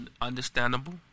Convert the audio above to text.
Understandable